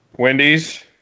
Wendy's